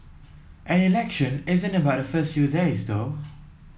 an election isn't about the first few days though